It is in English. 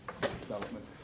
development